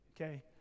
okay